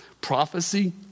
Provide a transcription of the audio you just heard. Prophecy